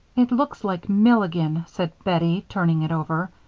it looks like milligan, said bettie, turning it over,